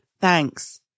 Thanks